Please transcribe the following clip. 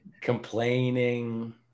complaining